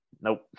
Nope